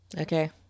Okay